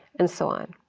and so on.